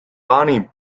bonnie